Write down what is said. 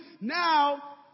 Now